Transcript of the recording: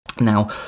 Now